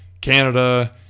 Canada